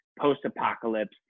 post-apocalypse